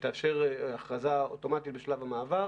שתתאפשר הכרזה אוטומטית בשלב המעבר.